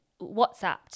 WhatsApped